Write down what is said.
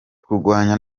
kurwanya